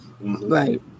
Right